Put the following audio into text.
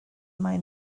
mae